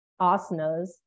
asanas